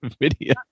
video